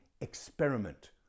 experiment